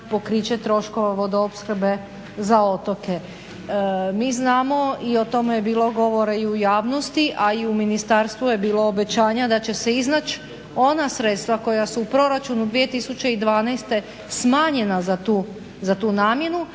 pokriće troškova vodoopskrbe za otoke. Mi znamo, i o tome je bilo govora i u javnosti, a i u ministarstvu je bilo obećanja da će se iznaći ona sredstva koja su u proračunu 2012. smanjena za tu namjenu